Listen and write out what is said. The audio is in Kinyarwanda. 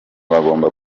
bagomba